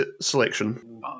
selection